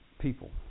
people